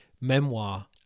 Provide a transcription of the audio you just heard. memoir